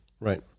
Right